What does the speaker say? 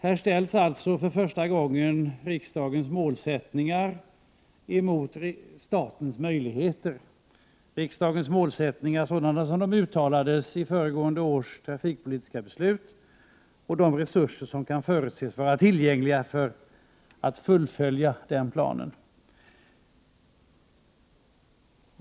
Här ställs för första gången riksdagens målsättningar emot statens möjligheter, alltså riksdagens målsättningar sådana som de uttalades i föregående års trafikpolitiska beslut och de resurser som kan förutses vara tillgängliga för att fullfölja planen.